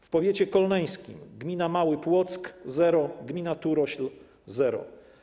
W powiecie kolneńskim: gmina Mały Płock - zero, gmina Turośl - zero.